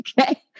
Okay